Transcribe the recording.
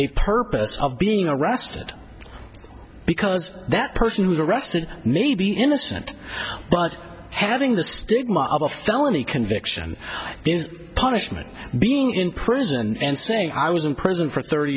a purpose of being arrested because that person was arrested maybe innocent but having the stigma of a felony conviction there is punishment being in prison and saying i was in prison for thirty